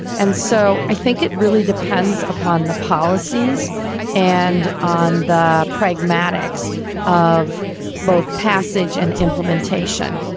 and so i think it really depends upon the policies and on the pragmatics of both passage and implementation.